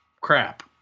crap